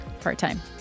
part-time